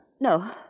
No